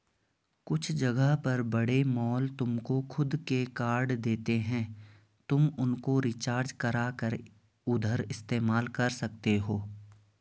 कुछ जगह पर बड़े मॉल तुमको खुद के कार्ड देते हैं तुम उनको रिचार्ज करा कर उधर इस्तेमाल कर सकते हो